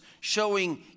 showing